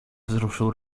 wzruszył